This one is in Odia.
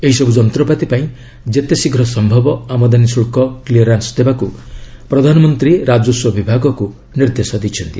ଏହିସବୁ ୍ ଯନ୍ତ୍ରପାତି ପାଇଁ ଯେତେଶୀଘ୍ର ସମ୍ଭବ ଆମଦାନୀ ଶୁଳ୍କ କ୍ଲିୟରାନ୍ସ ଦେବାକୁ ପ୍ରଧାନମନ୍ତ୍ରୀ ରାଜସ୍ୱ ବିଭାଗକୁ ନିର୍ଦ୍ଦେଶ ଦେଇଛନ୍ତି